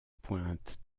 pointe